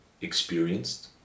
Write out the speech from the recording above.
experienced